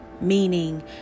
Meaning